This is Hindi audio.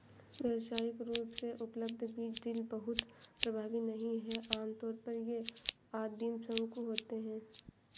व्यावसायिक रूप से उपलब्ध बीज ड्रिल बहुत प्रभावी नहीं हैं आमतौर पर ये आदिम शंकु होते हैं